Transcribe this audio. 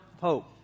hope